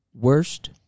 worst